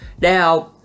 now